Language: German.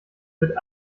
wird